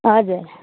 हजुर